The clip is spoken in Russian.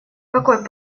какой